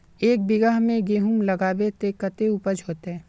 एक बिगहा में गेहूम लगाइबे ते कते उपज होते?